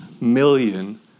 million